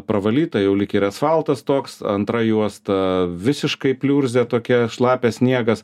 pravalyta jau lyg ir asfaltas toks antra juosta visiškai pliurzė tokia šlapias sniegas